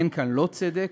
אין כאן לא צדק,